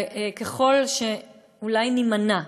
ככל שאולי נימנע